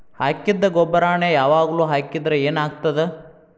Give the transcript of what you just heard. ಹಾಕಿದ್ದ ಗೊಬ್ಬರಾನೆ ಯಾವಾಗ್ಲೂ ಹಾಕಿದ್ರ ಏನ್ ಆಗ್ತದ?